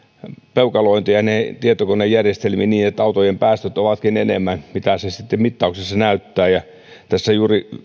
peukalointeja tietokonejärjestelmiin niin että autojen päästöt ovatkin enemmän kuin miltä sitten mittauksessa näyttää ja tässä juuri